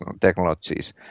technologies